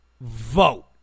vote